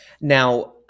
Now